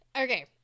okay